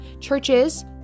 churches